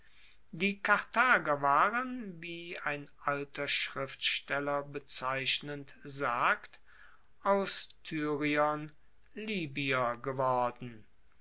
die karthager waren wie ein alter schriftsteller bezeichnend sagt aus tyriern libyer geworden